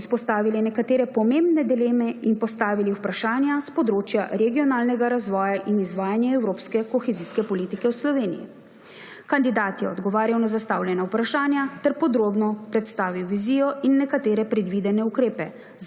izpostavili nekatere pomembne dileme in postavili vprašanja s področja regionalnega razvoja in izvajanja evropske kohezijske politike v Sloveniji. Kandidat je odgovarjal na zastavljena vprašanja ter podrobno predstavil vizijo in nekatere predvidene ukrepe